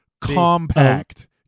compact